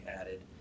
added